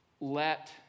let